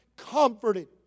Comforted